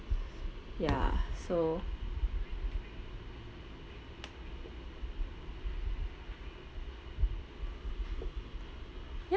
ya so